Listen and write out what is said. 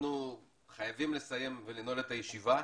אנחנו חייבים לסיים ולנעול את הישיבה.